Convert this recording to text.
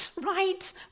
right